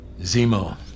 Zemo